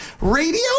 radio